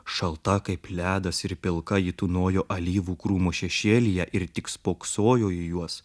šalta kaip ledas ir pilka ji tūnojo alyvų krūmų šešėlyje ir tik spoksojo į juos